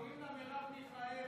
קוראים לה מרב מיכאלי,